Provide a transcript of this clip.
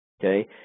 Okay